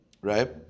right